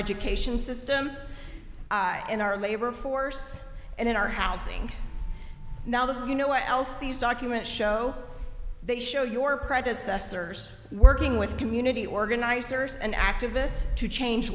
education system in our labor force and in our housing now that you know where else these documents show they show your predecessors working with community organizers and activists to change